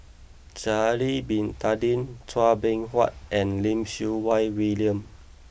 Sha'ari bin Tadin Chua Beng Huat and Lim Siew Wai William